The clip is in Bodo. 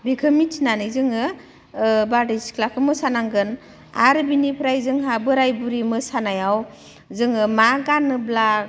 बिखो मिथिनानै जोङो बारदैसिख्लाखो मोसानांगोन आरो बिनिफ्राय जोंहा बोराइ बुरि मोसानायाव जोङो मा गानोब्ला